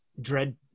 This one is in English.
Dread